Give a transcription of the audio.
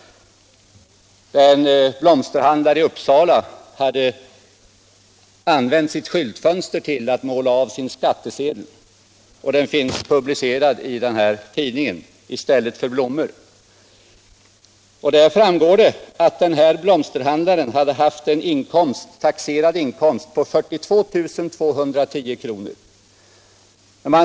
En blomsterhandlare i Uppsala hade målat av sin skattsedel och ställt den i sitt skyltfönster i stället för blommor. En bild därav fanns i den här tidningen. Det framgår av bilden att blomsterhandlaren hade haft en taxerad inkomst på 42 210 kr.